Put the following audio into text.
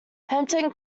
hampton